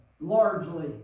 largely